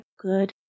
good